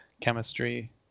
chemistry